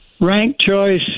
rank-choice